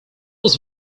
was